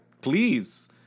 please